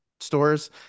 Stores